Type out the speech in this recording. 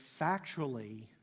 factually